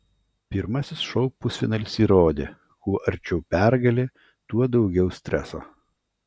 pirmasis šou pusfinalis įrodė kuo arčiau pergalė tuo daugiau streso